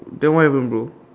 then what happened bro